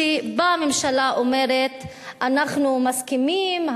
שבה הממשלה אומרת: אנחנו מסכימים,